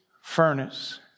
furnace